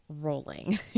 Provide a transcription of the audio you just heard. rolling